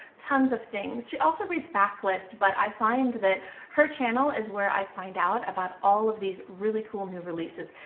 tons of things. she also reads back list, but i find that her channel is where i find out about all of these really cool new releases.